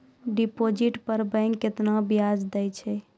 Deposit पर bank केतना ब्याज दै छै?